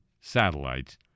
satellites